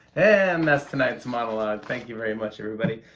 and that's tonight's monologue. thank you very much, everybody.